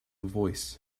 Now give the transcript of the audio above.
voice